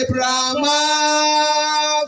Brahma